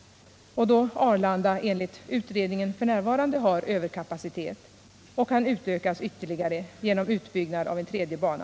— eftersom Arlanda enligt utredningen f. n. har överkapacitet och kan utökas ytterligare genom utbyggnad av en tredje bana.